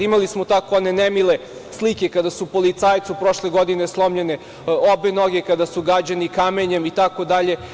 Imali smo takve one nemile slike kada su policajcu prošle godine slomljene obe noge, kada su gađani kamenjem itd.